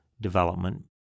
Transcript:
development